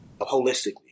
holistically